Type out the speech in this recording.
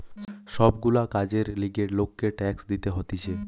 সব গুলা কাজের লিগে লোককে ট্যাক্স দিতে হতিছে